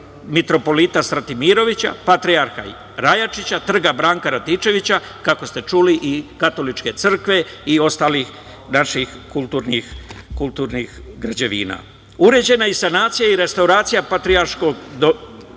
Mitropolita Stratimirovića, Patrijarha Rajačića, Trga Branka Radičevića, kao ste čuli, i katoličke crkve i ostalih naših kulturnih građevina. Urađena je i sanacija i restauracija Patrijarškog dvora.